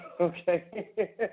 Okay